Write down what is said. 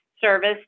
service